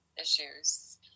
issues